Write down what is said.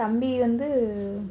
தம்பி வந்து